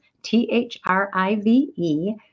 t-h-r-i-v-e